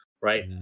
right